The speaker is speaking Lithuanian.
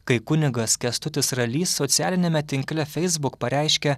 kai kunigas kęstutis ralys socialiniame tinkle feisbuk pareiškė